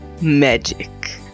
magic